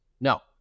no